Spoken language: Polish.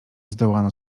zdołano